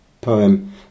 poem